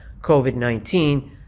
COVID-19